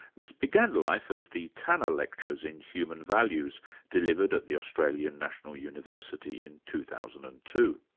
this began life as the tanner lectures in human values delivered at the australian national university in two thousand and two.